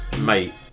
Mate